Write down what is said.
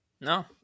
No